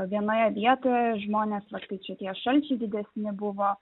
vienoje vietoje žmonės va kai čia tie šalčiai didesni buvo